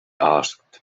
asked